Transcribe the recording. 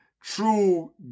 true